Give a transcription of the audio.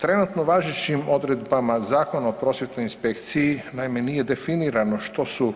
Trenutno važećim odredbama Zakona o prosvjetnoj inspekciji naime nije definirano što su